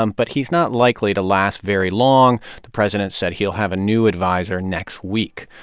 um but he's not likely to last very long. the president said he'll have a new adviser next week.